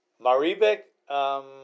Maribek